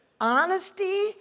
honesty